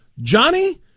Johnny